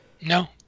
No